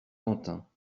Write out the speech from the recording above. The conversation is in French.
quentin